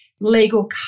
legal